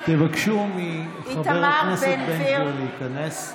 בהצבעה תבקשו מחבר הכנסת בן גביר להיכנס.